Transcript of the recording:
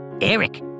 Eric